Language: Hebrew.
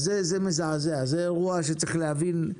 אז זה מזעזע, זה אירוע שצריך להבין.